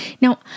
Now